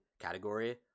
category